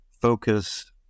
focus